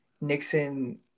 Nixon